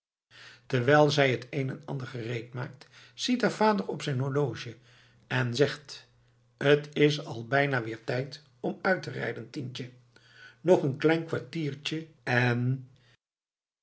terwijl zij het een en ander gereedmaakt ziet haar vader op zijn horloge en zegt t is al bijna weer tijd om uit te rijden tientje nog een klein kwartiertje en